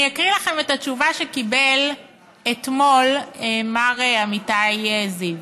אני אקריא לכם את התשובה שקיבל אתמול מר אמיתי זיו: